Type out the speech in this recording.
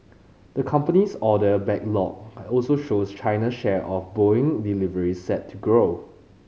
the company's order backlog also shows China's share of Boeing deliveries set to grow